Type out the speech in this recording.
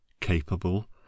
capable